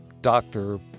doctor